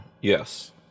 Yes